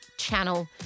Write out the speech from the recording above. channel